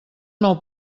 nou